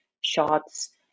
shots